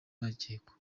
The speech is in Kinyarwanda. bakekwa